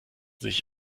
sich